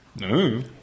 No